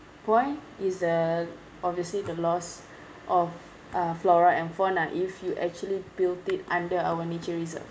point is uh obviously the loss of uh flora and fauna if you actually built it under our nature reserve